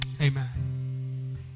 Amen